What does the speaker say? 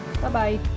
Bye-bye